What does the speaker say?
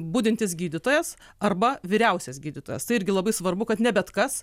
budintis gydytojas arba vyriausias gydytojas tai irgi labai svarbu kad ne bet kas